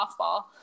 softball